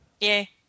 Yay